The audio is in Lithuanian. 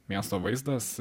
miesto vaizdas